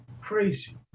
Crazy